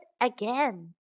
again